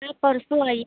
आप परसों आइए